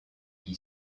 qui